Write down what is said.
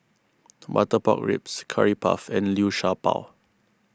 Butter Pork Ribs Curry Puff and Liu Sha Bao